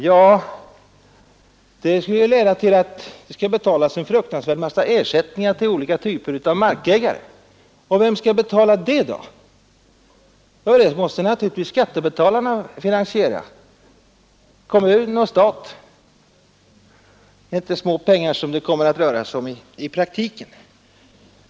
Jo, det skulle leda till att en fruktansvärd massa ersättningar måste betalas till olika typer av markägare. Vem skall betala dem? Det måste naturligtvis skattebetalarna finansiera stat och kommun. Det kommer inte att röra sig om små summor i praktiken.